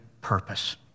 purpose